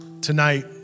Tonight